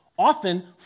often